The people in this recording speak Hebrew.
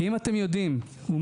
אתם צריכים להיות ביחד, זה הכוח שלכם.